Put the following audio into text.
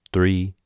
Three